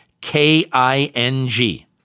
K-I-N-G